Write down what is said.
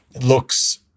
looks